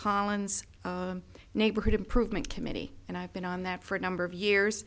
holland's neighborhood improvement committee and i've been on that for a number of years